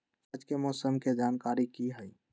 आज के मौसम के जानकारी कि हई?